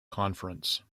conference